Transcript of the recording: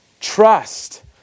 Trust